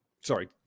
sorry